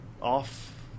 off